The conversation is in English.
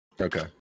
Okay